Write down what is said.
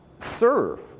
serve